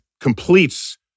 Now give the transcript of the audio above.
completes